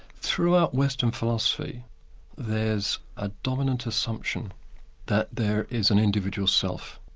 throughout western philosophy there's a dominant assumption that there is an individual self.